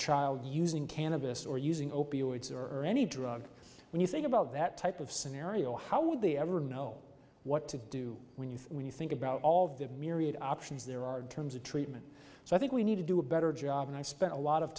child using cannabis or using opioids or any drug when you think about that type of scenario how would they ever know what to do when you when you think about all of the myriad options there are terms of treatment so i think we need to do a better job and i spent a lot of